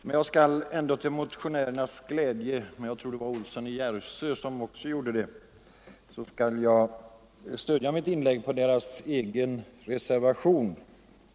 Men jag skall ändå till motionärernas glädje stödja mitt inlägg på deras egen reservation.